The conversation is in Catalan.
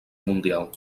mundial